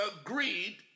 agreed